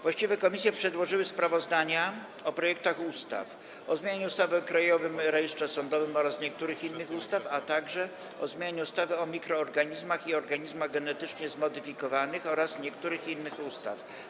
Właściwe komisje przedłożyły sprawozdania o projektach ustaw: - o zmianie ustawy o Krajowym Rejestrze Sądowym oraz niektórych innych ustaw, - o zmianie ustawy o mikroorganizmach i organizmach genetycznie zmodyfikowanych oraz niektórych innych ustaw.